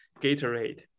Gatorade